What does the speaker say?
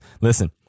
listen